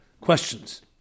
questions